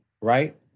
right